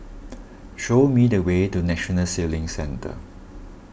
show me the way to National Sailing Centre